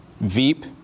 Veep